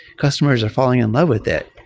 customers are falling in love with that.